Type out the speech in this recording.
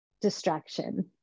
distraction